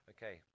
Okay